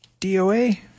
DOA